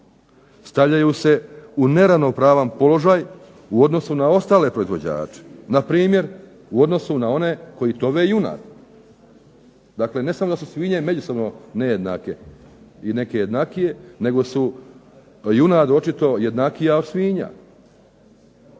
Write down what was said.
stavljaju se u neravnopravan položaj u odnosu na ostale proizvođače, npr. u odnosu na one koji tove junad. Dakle, ne samo da su svinje međusobno nejednake i neke jednakije nego su junad očito jednakija od svinja.